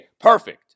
perfect